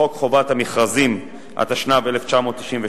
בחוק חובת המכרזים, התשנ"ב 1992,